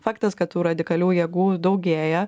faktas kad tų radikalių jėgų daugėja